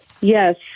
yes